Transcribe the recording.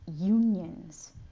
unions